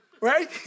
Right